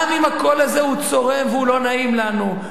גם אם הקול הזה צורם ולא נעים לנו,